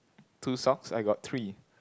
two socks I got three